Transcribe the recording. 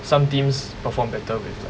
some teams perform better with like